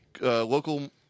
local